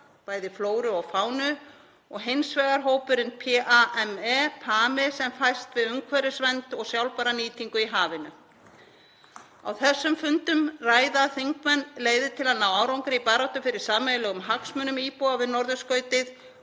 bæði flóru og fánu, og hins vegar hópurinn PAME, sem fæst við umhverfisvernd og sjálfbæra nýtingu í hafinu. Á þessum fundum ræða þingmenn leiðir til að ná árangri í baráttu fyrir sameiginlegum hagsmunum íbúa við norðurskautið